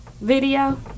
video